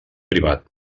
privat